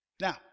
Now